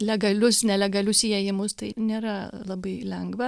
legalius nelegalius įėjimus tai nėra labai lengva